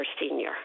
senior